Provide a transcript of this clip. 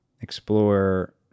explore